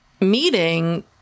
meeting